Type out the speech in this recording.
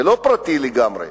זה לא פרטי לגמרי,